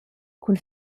cun